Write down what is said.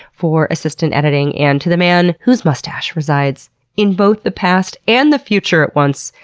for assistant editing. and to the man whose mustache resides in both the past and the future at once,